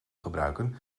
gebruiken